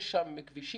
יש שם כבישים.